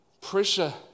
Pressure